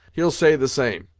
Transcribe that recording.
he'll say the same.